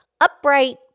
upright